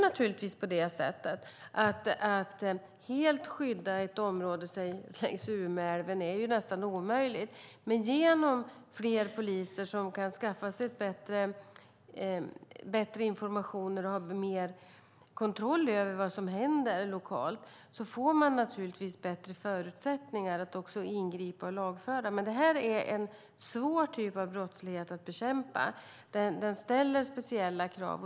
Att helt skydda ett område längs Umeälven är ju nästan omöjligt. Genom fler poliser som kan skaffa bättre information och ha mer kontroll över vad som händer lokalt får man naturligtvis bättre förutsättningar att ingripa och lagföra. Det här är en svår typ av brottslighet att bekämpa. Det ställer speciella krav.